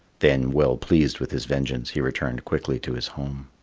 then, well pleased with his vengeance, he returned quickly to his home.